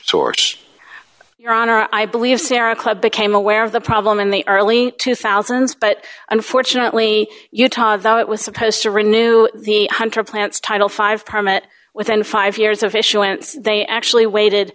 source your honor i believe sierra club became aware of the problem in the early two thousand but unfortunately utah though it was supposed to renew the hunter plants title five permit within five years official and they actually waited